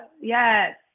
Yes